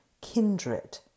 kindred